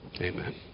Amen